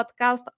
podcast